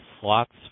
slots